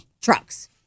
Trucks